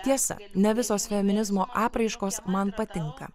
tiesa ne visos feminizmo apraiškos man patinka